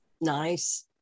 Nice